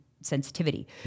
sensitivity